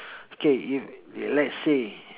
okay if let's say